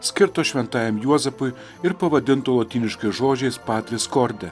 skirto šventajam juozapui ir pavadinto lotyniškais žodžiais patris korde